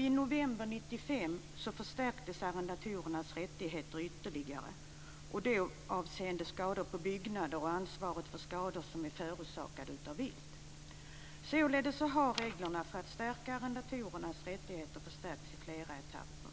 I november 1995 förstärktes arrendatorernas rättigheter ytterligare när det gäller skador på byggnader och ansvaret för skador som är förorsakade av vilt. Således har reglerna för att stärka arrendatorernas rättigheter förstärkts i flera etapper.